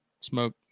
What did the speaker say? smoke